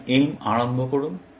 সুতরাং M আরম্ভ করুন